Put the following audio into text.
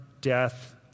death